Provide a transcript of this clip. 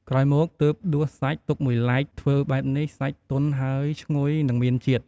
ក្រោយមកទើបដួសសាច់ទុកមួយឡែក ធ្វើបែបនេះ សាច់ទន់ហើយឈ្ងុយនិងមានជាតិ។